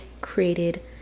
created